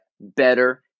better